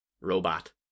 robot